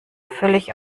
völlig